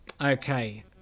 Okay